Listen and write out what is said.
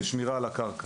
כשמירה על הקרקע.